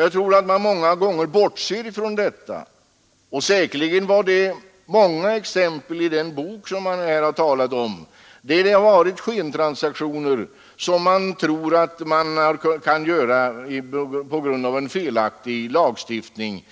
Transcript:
Jag tror att man ofta bortser från detta, och säkerligen har många exempel i den bok som man här talat om gällt skentransaktioner, som människor tror att de kan göra på grund av en felaktig lagstiftning.